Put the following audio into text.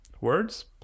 Words